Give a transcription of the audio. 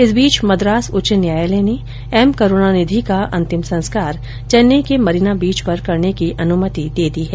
इस बीच मद्रास उच्च न्यायालय ने एम करूणानिधि का अंतिम संस्कार चैन्नई के मरीना बीच पर करने की अनुमति दे दी है